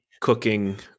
cooking